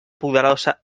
poderosa